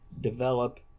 develop